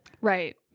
Right